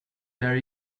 there